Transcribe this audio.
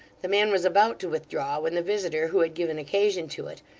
the man was about to withdraw, when the visitor who had given occasion to it,